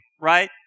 Right